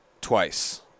twice